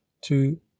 two